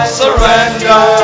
surrender